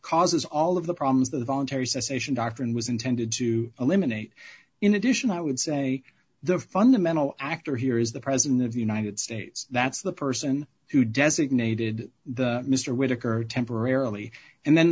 causes all of the problems the voluntary cessation doctrine was intended to eliminate in addition i would say the fundamental actor here is the president of the united states that's the person who designated the mr whitaker temporarily and then